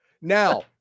now